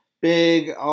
big